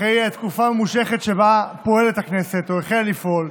אחרי תקופה ממושכת שבה פועלת הכנסת או החלה לפעול,